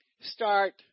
start